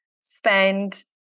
spend